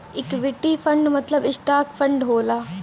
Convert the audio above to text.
equity fund मतलब stock fund होला